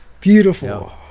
Beautiful